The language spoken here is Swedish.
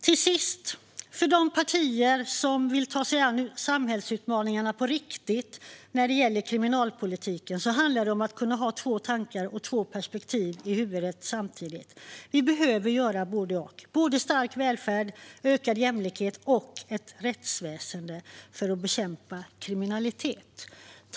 Till sist: För de partier som på riktigt vill ta sig an samhällsutmaningarna när det gäller kriminalpolitiken handlar det om att kunna ha två tankar och perspektiv i huvudet samtidigt. Vi behöver nämligen ha både och - såväl en stark välfärd och en ökad jämlikhet som ett starkt rättsväsen - för att bekämpa kriminalitet.